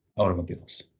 Automobiles